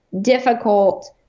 difficult